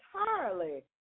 entirely